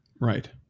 Right